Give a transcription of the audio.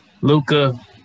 Luca